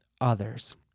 others